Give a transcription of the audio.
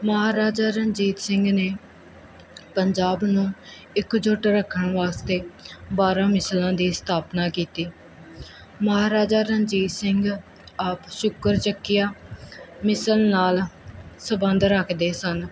ਮਹਾਰਾਜਾ ਰਣਜੀਤ ਸਿੰਘ ਨੇ ਪੰਜਾਬ ਨੂੰ ਇੱਕ ਜੁੱਟ ਰੱਖਣ ਵਾਸਤੇ ਬਾਰ੍ਹਾਂ ਮਿਸਲਾਂ ਦੀ ਸਥਾਪਨਾ ਕੀਤੀ ਮਹਾਰਾਜਾ ਰਣਜੀਤ ਸਿੰਘ ਆਪ ਸ਼ੁਕਰ ਚੱਕੀਆ ਮਿਸਲ ਨਾਲ ਸੰਬੰਧ ਰੱਖਦੇ ਸਨ